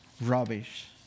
rubbish